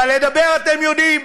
אבל לדבר אתם יודעים.